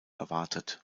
erwartet